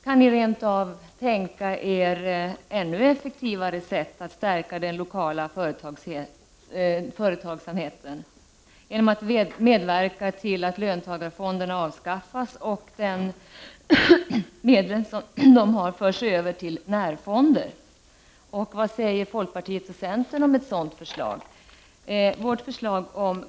Kan ni rent av tänka er ännu effektivare sätt att stärka den lokala företagsamheten genom att medverka till att löntagarfonderna avskaffas och medlen som de har förs över till närfonder? Och vad säger folkpartiet och centern om ett sådant förslag?